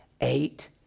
Eight